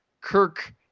Kirk